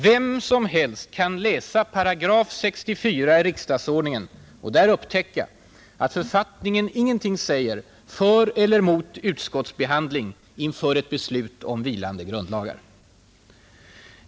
Vem som helst kan läsa 64 §& i riksdagsordningen och där upptäcka att författningen ingenting säger för eller mot utskottsbehandling inför ett vilande beslut om grundlagsändring.